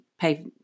pay